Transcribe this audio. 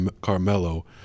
Carmelo